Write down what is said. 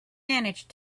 manage